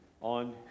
on